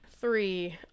three